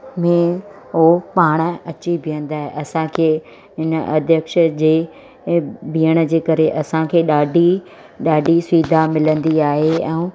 में उहो पाणि अची बीहंदा असांखे हिन अध्यक्ष जे बीहण जे करे असांखे ॾाढी ॾाढी सुविधा मिलंदी आहे ऐं